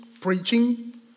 preaching